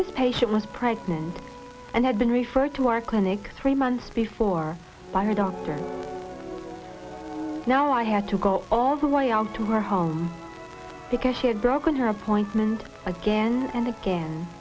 this patient was pregnant and had been referred to our clinic three months before by her dr no i had to go all the way on to her home because she had broken her appointment again and again